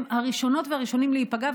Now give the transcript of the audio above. הם הראשונות והראשונים להיפגע,